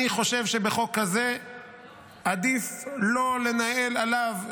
אני חושב שבחוק כזה עדיף לא לנהל עליו,